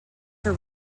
her